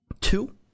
Two